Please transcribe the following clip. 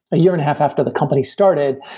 a year and a half after the company started,